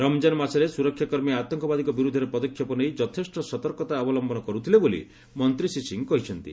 ରମ୍ଜାନ ମାସରେ ସୁରକ୍ଷା କର୍ମୀ ଆତଙ୍କବାଦୀଙ୍କ ବିରୁଦ୍ଧରେ ପଦକ୍ଷେପ ନେଇ ଯଥେଷ୍ଟ ସତର୍କତା ଅବଲମ୍ଭନ କରୁଥିଲେ ବୋଲି ମନ୍ତ୍ରୀ ଶ୍ରୀ ସିଂ କହିଛନ୍ତି